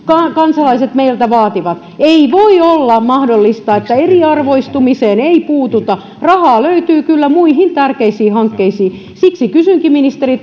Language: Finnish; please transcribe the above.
kansalaiset meiltä vaativat ei voi olla mahdollista että eriarvoistumiseen ei puututa rahaa löytyy kyllä muihin tärkeisiin hankkeisiin siksi kysynkin ministeri